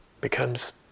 becomes